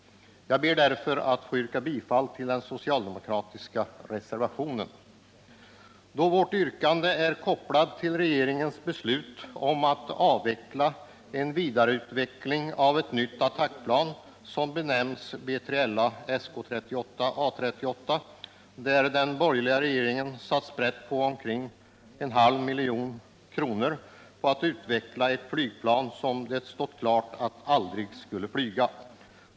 Jag ber därför att få yrka bifall till den socialdemokratiska reservationen. Vårt yrkande är kopplat till regeringens förslag att avbryta en vidareutveckling av attackplanen B3LA och SK 38/A 38. De borgerliga regeringarna har satt sprätt på omkring en halv miljard kronor på utveckling av ett flygplan om vilket det stått klart att det aldrig skulle flyga.